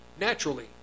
naturally